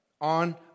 on